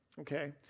okay